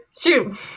shoot